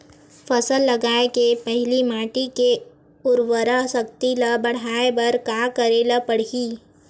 फसल लगाय के पहिली माटी के उरवरा शक्ति ल बढ़ाय बर का करेला पढ़ही?